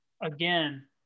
again